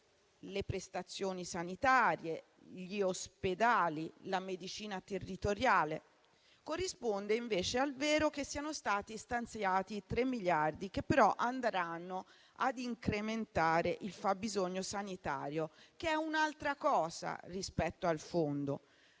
le prestazioni sanitarie, gli ospedali, la medicina territoriale. Corrisponde invece al vero che siano stati stanziati 3 miliardi, che però andranno a incrementare il fabbisogno sanitario, che è un'altra cosa rispetto al Fondo.